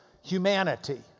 humanity